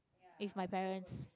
with my parents